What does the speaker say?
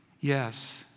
Yes